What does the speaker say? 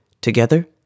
Together